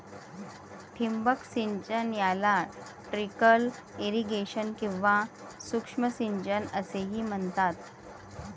ठिबक सिंचन याला ट्रिकल इरिगेशन किंवा सूक्ष्म सिंचन असेही म्हणतात